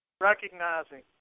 Recognizing